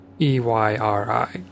E-Y-R-I